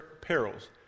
perils